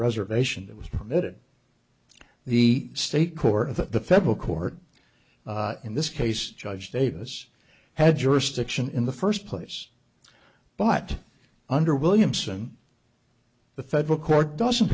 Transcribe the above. reservation that was it the state court that the federal court in this case judge davis had jurisdiction in the first place but under williamson the federal court doesn't